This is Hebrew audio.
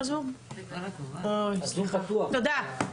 תודה.